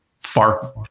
far